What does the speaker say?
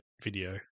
video